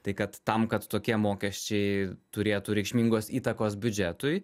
tai kad tam kad tokie mokesčiai turėtų reikšmingos įtakos biudžetui